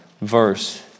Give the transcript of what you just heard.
verse